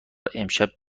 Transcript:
امشب